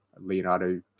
Leonardo